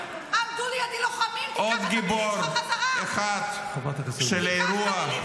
מי שעמד לידי זה לוחמי כוח 100. זה ניסיון